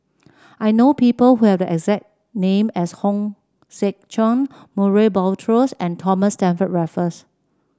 I know people who have the exact name as Hong Sek Chern Murray Buttrose and Thomas Stamford Raffles